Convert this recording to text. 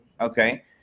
okay